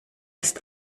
ist